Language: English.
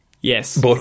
Yes